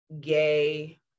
gay